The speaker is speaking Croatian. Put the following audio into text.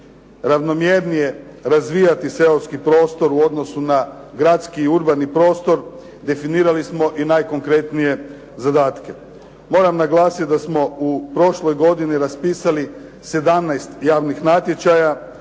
ravnomjernije razvijati seoski prostor u odnosu na gradski i urbani prostor. Definirali smo i najkonkretnije zadatke. Moram naglasiti da smo u prošloj godini raspisali 17 javnih natječaja